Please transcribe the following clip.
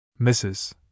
Mrs